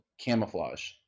Camouflage